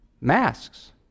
masks